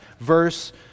verse